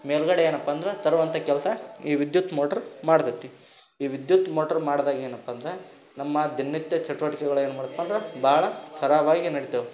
ಮೇಲುಗಡೆ ಏನಪ್ಪ ಅಂದ್ರೆ ತರುವಂತ ಕೆಲಸ ಈ ವಿದ್ಯುತ್ ಮೋಟ್ರ್ ಮಾಡ್ತತೆ ಈ ವಿದ್ಯುತ್ ಮೋಟ್ರ್ ಮಾಡ್ದಾಗ ಏನಪ್ಪ ಅಂದ್ರೆ ನಮ್ಮ ದಿನನಿತ್ಯ ಚಟುವಟಿಕೆಗಳು ಏನು ಮಾಡತ್ತೆ ಅಂದ್ರೆ ಭಾಳ ಸರಾಗವಾಗಿ ನಡಿತವೆ